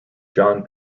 john